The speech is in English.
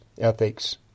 ethics